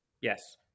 Yes